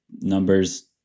numbers